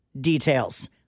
details